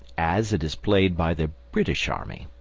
as it is played by the british army,